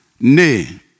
Nay